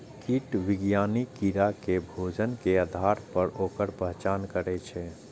कीट विज्ञानी कीड़ा के भोजन के आधार पर ओकर पहचान करै छै